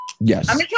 Yes